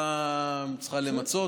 חושב שהתשובה צריכה למצות,